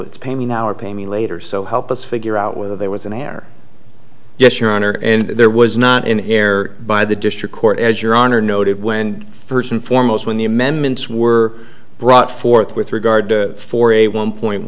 or pay me later so help us figure out whether there was an air yes your honor and there was not an air by the district court as your honor noted when first and foremost when the amendments were brought forth with regard to for a one point